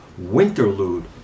Winterlude